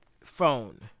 phone